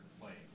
playing